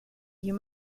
you